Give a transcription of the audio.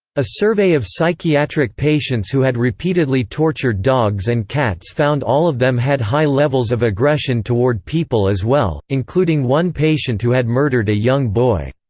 a survey of psychiatric patients who had repeatedly tortured dogs and cats found all of them had high levels of aggression toward people as well, including one patient who had murdered a young boy.